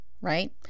right